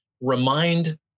remind